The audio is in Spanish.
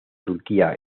turquía